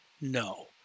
No